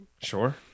sure